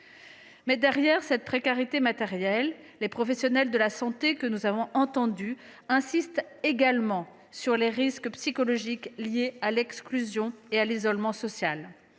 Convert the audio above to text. Derrière cette précarité matérielle, les professionnels de la santé que nous avons entendus insistent également sur les risques psychologiques liés à l’exclusion et à l’isolement social.